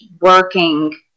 working